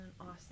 awesome